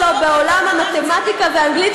מה הכלים שלו בעולם המתמטיקה והאנגלית,